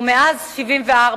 ומאז 1974,